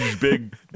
big